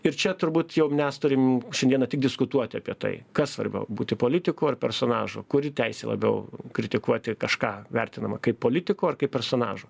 ir čia turbūt jau mes turim šiandieną tik diskutuoti apie tai kas svarbiau būti politiku ar personažu kuri teisė labiau kritikuoti kažką vertinama kaip politiko ar kaip personažo